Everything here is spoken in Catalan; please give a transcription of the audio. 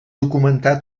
documentar